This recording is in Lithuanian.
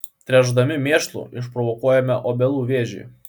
tręšdami mėšlu išprovokuojame obelų vėžį